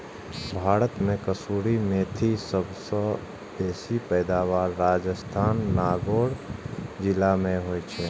भारत मे कसूरी मेथीक सबसं बेसी पैदावार राजस्थानक नागौर जिला मे होइ छै